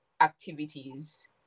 activities